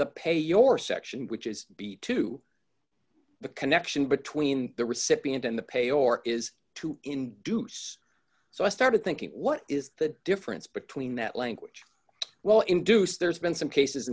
the pay your section which is beat to the connection between the recipient and the pay or is to induce so i started thinking what is the difference between that language well induce there's been some cases